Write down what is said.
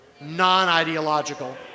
non-ideological